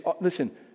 listen